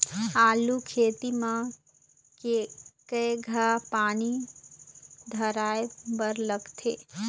आलू खेती म केघा पानी धराए बर लागथे?